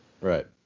Right